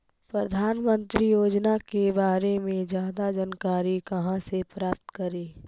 प्रधानमंत्री योजना के बारे में जादा जानकारी कहा से प्राप्त करे?